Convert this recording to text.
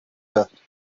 داد